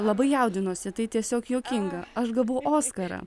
labai jaudinuosi tai tiesiog juokinga aš gavau oskarą